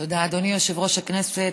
תודה, אדוני יושב-ראש הישיבה.